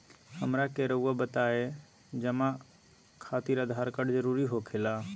हमरा के रहुआ बताएं जमा खातिर आधार कार्ड जरूरी हो खेला?